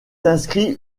inscrits